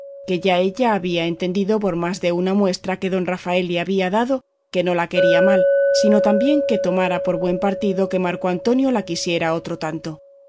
que ya ella había entendido por más de una muestra que don rafael le había dado que no la quería mal sino tan bien que tomara por buen partido que marco antonio la quisiera otro tanto